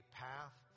path